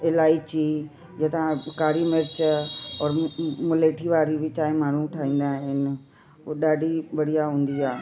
इलाइची या त कारी मिर्च और मुलेठी वारी बि चांहिं माण्हू ठाहींदा आहिनि उहे ॾाढी बढ़िया हूंदी आहे